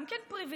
גם כן פריבילגים,